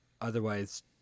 Otherwise